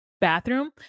bathroom